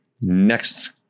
Next